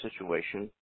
situation